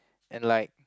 and like